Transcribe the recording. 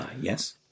Yes